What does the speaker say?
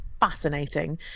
fascinating